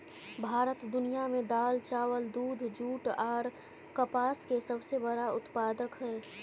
भारत दुनिया में दाल, चावल, दूध, जूट आर कपास के सबसे बड़ा उत्पादक हय